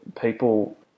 people